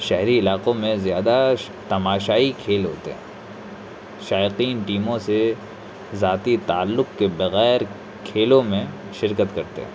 شہری علاقوں میں زیادہ تماشائی کھیل ہوتے ہیں شائقین ٹیموں سے ذاتی تعلق کے بغیر کھیلوں میں شرکت کرتے ہیں